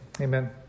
amen